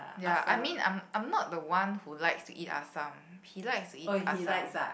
ya I mean I'm I'm not the one who likes to eat assam he likes to eat assam